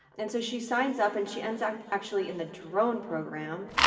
and so she signs up and she ends up actually in the drone program.